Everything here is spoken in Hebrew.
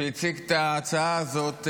שהציג את ההצעה הזאת,